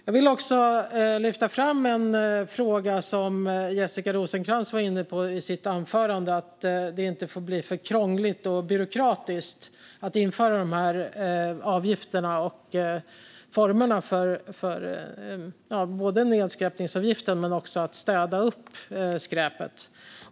Jag vill också lyfta fram en fråga som Jessica Rosencrantz var inne på i sitt anförande, nämligen att det inte får bli för krångligt och byråkratiskt att införa både nedskräpningsavgiften och formerna för att städa upp skräpet.